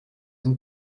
and